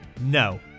No